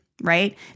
right